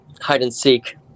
hide-and-seek